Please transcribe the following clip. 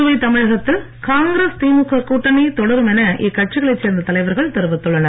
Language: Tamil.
புதுவை தமிழகத்தில் காங்கிரஸ் திமுக கூட்டணி தொடரும் என இக்கட்சிகளைச் சேர்ந்த தலைவர்கள் தெரிவித்துள்ளனர்